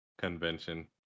Convention